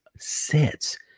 Sets